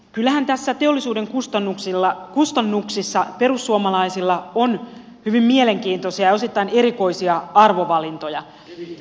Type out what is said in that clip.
kyllähän näissä teollisuuden kustannuksissa perussuomalaisilla on hyvin mielenkiintoisia ja osittain erikoisia arvovalintoja